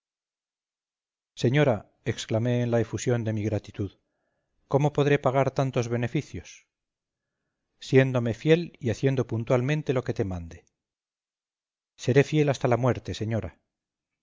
exclamé en la efusión de mi gratitud cómo podré pagar tantos beneficios siéndome fiel y haciendo puntualmente lo que te mande seré fiel hasta la muerte señora